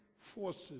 forces